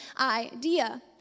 idea